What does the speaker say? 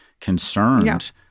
concerned